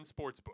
sportsbook